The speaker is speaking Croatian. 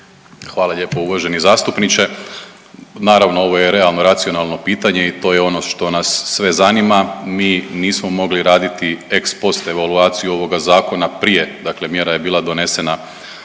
Hvala lijepo uvaženi zastupniče. Naravno ovo je realno, racionalno pitanje i to je ono što nas sve zanima. Mi nismo mogli raditi ex post evaluaciju ovoga zakona prije, dakle mjera je bila donesena